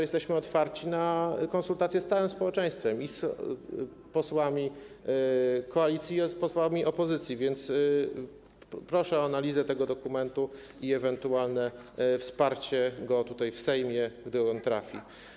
Jesteśmy otwarci na konsultacje z całym społeczeństwem, z posłami koalicji i z posłami opozycji, więc proszę o analizę tego dokumentu i ewentualne wsparcie go w Sejmie, gdy trafi.